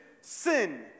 sin